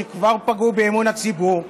שכבר פגעו באמון הציבור,